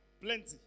Plenty